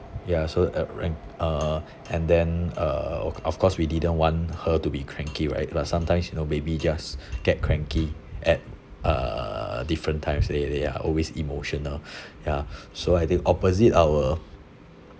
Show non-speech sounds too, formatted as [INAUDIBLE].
ya so uh re~ uh [BREATH] and then uh of course we didn't want her to be cranky right but sometimes you know baby just [BREATH] get cranky at a different times they are always emotional [BREATH] ya [BREATH] so at the opposite our